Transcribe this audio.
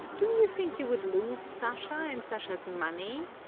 do you think you would lose sasha and sasha's money?